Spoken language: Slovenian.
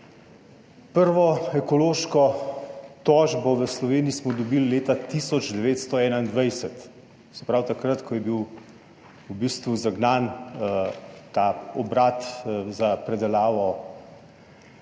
Prvo ekološko tožbo v Sloveniji smo dobili leta 1921, se pravi takrat, ko je bil v bistvu zagnan ta obrat za predelavo